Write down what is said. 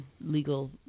legal